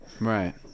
Right